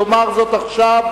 יאמר זאת עכשיו.